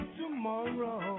tomorrow